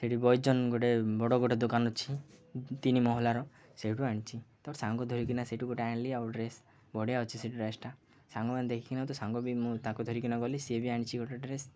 ସେଠି ବଇଜନ ଗୋଟେ ବଡ଼ ଗୋଟେ ଦୋକାନ ଅଛି ତିନି ମହଲାର ସେଇଠୁ ଆଣିଛି ତ ସାଙ୍ଗ ଧରିକିନା ସେଠୁ ଗୋଟେ ଆଣିଲି ଆଉ ଡ୍ରେସ୍ ବଢ଼ିଆ ଅଛି ସେ ଡ୍ରେସଟା ସାଙ୍ଗମାନେ ଦେଖିନ ତ ସାଙ୍ଗ ବି ମୁଁ ତାକୁ ଧରିକିନା ଗଲି ସିଏ ବି ଆଣିଛି ଗୋଟେ ଡ୍ରେସ୍